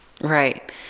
Right